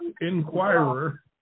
Inquirer